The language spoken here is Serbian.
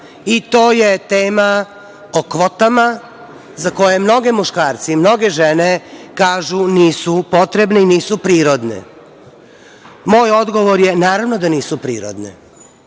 To je tema o kvotama za koje mnogi muškarci i mnoge žene kažu – nisu potrebne, nisu prirodne. Moj odgovor je – naravno da nisu prirodne.